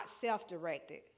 self-directed